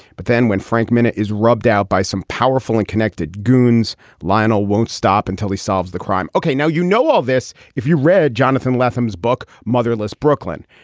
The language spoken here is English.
but then when frank minute is rubbed out by some powerful and connected goons lionel won't stop until he solves the crime. okay now you know all this. if you read jonathan latham's book motherless brooklyn.